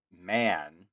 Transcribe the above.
man